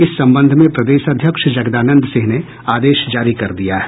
इस संबंध में प्रदेश अध्यक्ष जगदानंद सिंह ने आदेश जारी कर दिया है